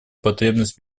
потребность